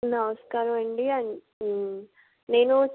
నమస్కారం అండి నేను